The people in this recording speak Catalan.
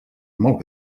molt